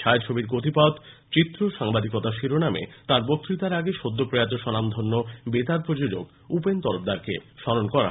ছায়াছবির গতিপথ চিত্র সাংবাদিকতা শিরোনামে তাঁর বক্ততার আগে সদ্য প্রয়াত স্বনামধন্য বেতার প্রযোজক উপেন তরফদারকে স্মরণ করা হয়